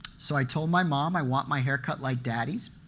so i told my mom, i want my hair cut like daddy's,